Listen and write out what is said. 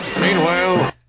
Meanwhile